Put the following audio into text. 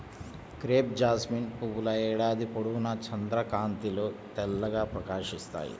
crepe jasmine పువ్వుల ఏడాది పొడవునా చంద్రకాంతిలో తెల్లగా ప్రకాశిస్తాయి